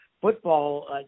football